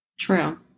True